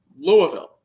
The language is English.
Louisville